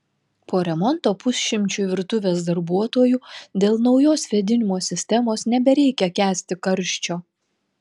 po remonto pusšimčiui virtuvės darbuotojų dėl naujos vėdinimo sistemos nebereikia kęsti karščio